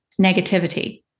negativity